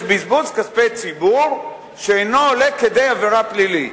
יש בזבוז כספי ציבור שאינו עולה כדי עבירה פלילית,